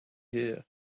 here